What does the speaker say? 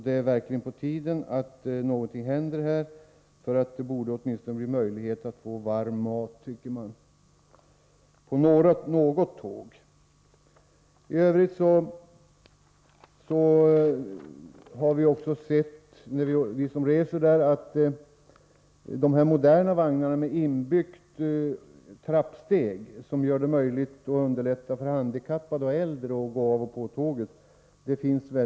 Det är verkligen på tiden att någonting händer här — det borde åtminstone bli möjligt att få varm mat på något tåg, tycker man. I övrigt har vi som reser där också sett att det är mycket få Norrlandståg som har de moderna vagnarna med inbyggt trappsteg, som underlättar för handikappade och äldre att gå av och på tåget.